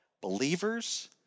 Believers